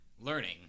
learning